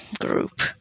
group